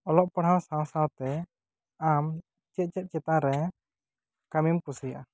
ᱚᱞᱚᱜ ᱯᱟᱲᱦᱟᱜ ᱥᱟᱶ ᱥᱟᱶ ᱛᱮ ᱟᱢ ᱪᱮᱫ ᱪᱮᱫ ᱪᱮᱛᱟᱱ ᱨᱮ ᱠᱟᱹᱢᱤ ᱮᱢ ᱠᱩᱥᱤᱭᱟᱜ ᱟ